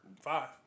Five